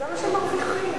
מה שמרוויחים.